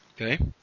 Okay